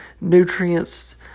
nutrients